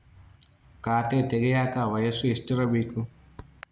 ಖಾತೆ ತೆಗೆಯಕ ವಯಸ್ಸು ಎಷ್ಟಿರಬೇಕು?